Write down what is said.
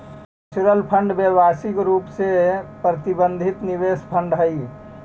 mutual fund व्यावसायिक रूप से प्रबंधित निवेश फंड हई